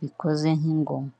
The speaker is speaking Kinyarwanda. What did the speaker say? bikoze nk'ingoma.